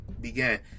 began